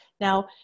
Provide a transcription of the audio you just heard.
Now